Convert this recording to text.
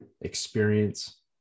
experience